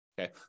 Okay